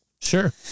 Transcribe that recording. Sure